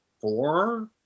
four